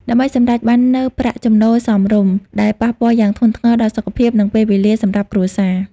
ដើម្បីសម្រេចបាននូវប្រាក់ចំណូលសមរម្យ ដែលប៉ះពាល់យ៉ាងធ្ងន់ធ្ងរដល់សុខភាព និងពេលវេលាសម្រាប់គ្រួសារ។